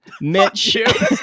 Mitch